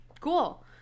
Cool